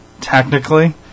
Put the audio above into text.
technically